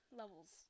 levels